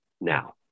now